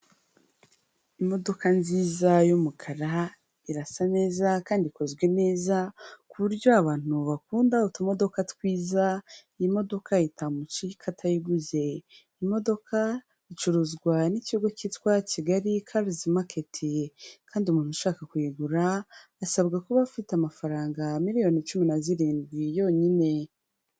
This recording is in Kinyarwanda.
Imodoka nziza y'umukara, irasa neza kandi ikozwe neza ku buryo abantu bakunda utumodoka twiza iyi modoka itamucika atayiguze. Iyi modoka icuruzwa n'ikigo cyitwa kigali carizi maketi kandi umuntu ushaka kuyigura asabwa kuba afite amafaranga miliyoni cumi na zirindwi yonyine.